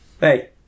Hey